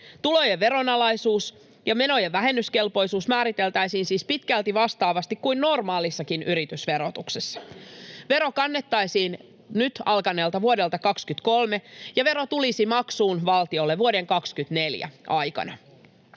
Tulojen veronalaisuus ja menojen vähennyskelpoisuus määriteltäisiin siis pitkälti vastaavasti kuin normaalissakin yritysverotuksessa. Vero kannettaisiin nyt alkaneelta vuodelta 23, ja vero tulisi maksuun valtiolle vuoden 24 aikana.